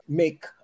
make